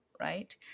right